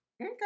Okay